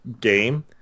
game